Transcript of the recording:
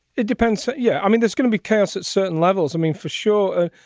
it depends. yeah. i mean, there's gonna be chaos at certain levels. i mean, for sure,